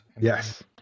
Yes